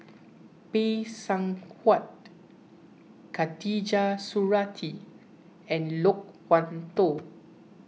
Phay Seng Whatt Khatijah Surattee and Loke Wan Tho